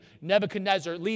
Nebuchadnezzar